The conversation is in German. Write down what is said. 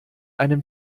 einem